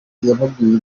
yamubwiye